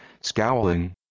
Scowling